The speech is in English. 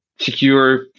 secure